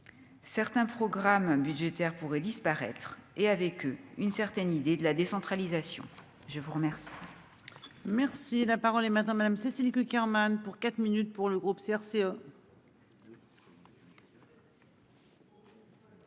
certains programmes budgétaires pourraient disparaître et avec eux, une certaine idée de la décentralisation, je vous remercie.